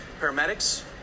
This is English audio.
Paramedics